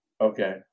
okay